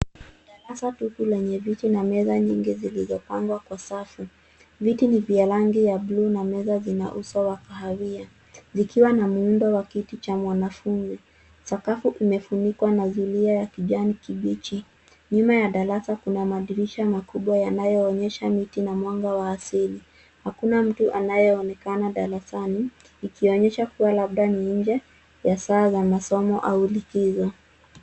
Darasa tupu lenye viti na meza nyingi zilizopangwa kwa safu. Viti ni vya rangi ya buluu na meza zina uso wa kahawia; zikiwa na muundo wa kiti cha mwanafunzi. Sakafu imefunikwa na zulia ya kijani kibichi. Nyuma ya darasa kuna madirisha makubwa, yanayoonyesha miti na mwanga wa asili. Hakuna mtu anayeonekana darasani; ikionyesha kuwa labda ni nje ya saa za masomo au likizo.